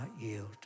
yield